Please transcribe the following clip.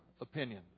opinion